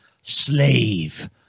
slave